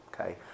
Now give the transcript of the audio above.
Okay